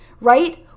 Right